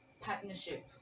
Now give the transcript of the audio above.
partnership